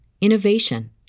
innovation